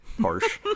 harsh